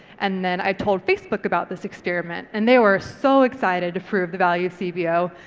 and then i told facebook about this experiment and they were so excited to prove the value cbo,